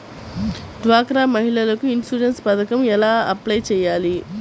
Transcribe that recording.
డ్వాక్రా మహిళలకు ఇన్సూరెన్స్ పథకం ఎలా అప్లై చెయ్యాలి?